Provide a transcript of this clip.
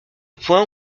points